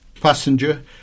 passenger